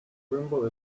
wimble